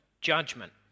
judgment